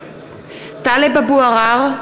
בשמות חברי הכנסת) טלב אבו עראר,